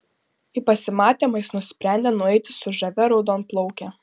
į pasimatymą jis nusprendė nueiti su žavia raudonplauke